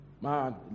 man